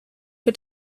für